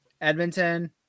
Edmonton